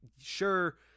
sure